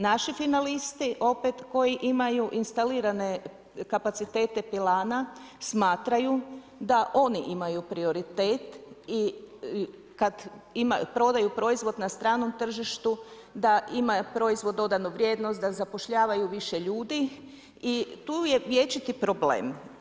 Naši finalisti, opet, koji imaju instalirane kapacitete pilana, smatraju, da oni imaju prioritet i kad prodaju proizvod na stranom tržištu, da ima, proizvod dodanu vrijednost, da zapošljavaju više ljudi i tu je vječiti problem.